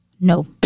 No